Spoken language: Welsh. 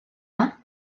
yma